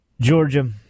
Georgia